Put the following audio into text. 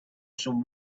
some